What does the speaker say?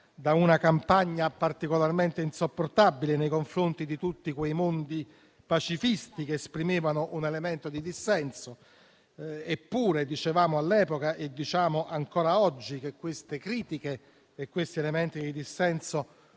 da una campagna particolarmente insopportabile nei confronti di tutti quei mondi pacifisti che esprimevano un elemento di dissenso. Eppure, dicevamo all'epoca e diciamo ancora oggi che queste critiche e questi elementi di dissenso